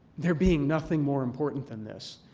there being nothing more important than this.